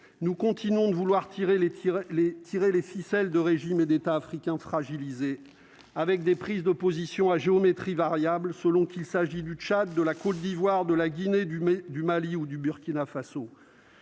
les tirs les tirer les ficelles de régime d'États africains fragilisés, avec des prises d'opposition à géométrie variable, selon qu'il s'agit du Tchad de la Côte d'Ivoire, de la Guinée du du Mali ou du Burkina Faso,